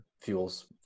fuels